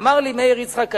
אמר לי מאיר יצחק הלוי: